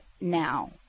now